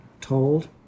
told